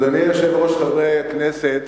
אדוני היושב-ראש, חברי הכנסת,